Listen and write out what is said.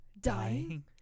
dying